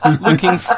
looking